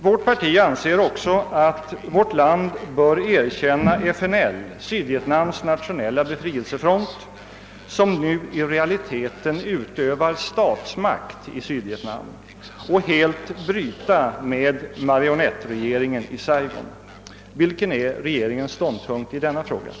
Vårt parti anser också att vårt land bör erkänna FNL, Sydvietnams nationella befrielsefront, som nu i realiteten utövar statsmakt i Sydvietnam, och helt bryta med marionettregeringen i Saigon. Vilken är regeringens ståndpunkt i den frågan?